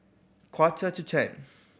quarter to ten